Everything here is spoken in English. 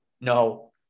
no